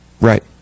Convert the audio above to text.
Right